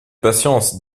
patience